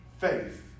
faith